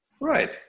right